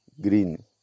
Green